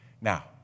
Now